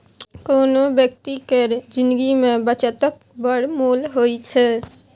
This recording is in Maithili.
कोनो बेकती केर जिनगी मे बचतक बड़ मोल होइ छै